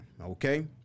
Okay